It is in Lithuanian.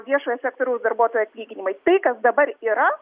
viešojo sektoriaus darbuotojų atlyginimai tai kas dabar yra